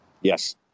Yes